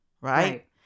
right